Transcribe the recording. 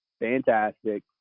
fantastic